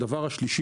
הדבר השלישי,